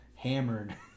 Hammered